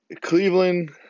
Cleveland